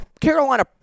Carolina